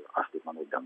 aš taip manau bent